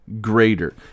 greater